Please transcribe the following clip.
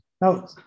Now